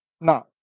now